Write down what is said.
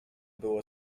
było